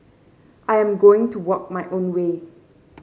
I am going to walk my own way